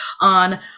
on